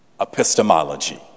epistemology